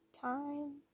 time